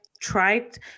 tried